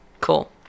Cool